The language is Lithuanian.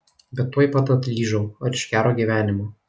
bet tuoj pat atlyžau ar iš gero gyvenimo